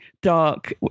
dark